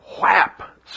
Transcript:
whap